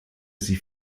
sie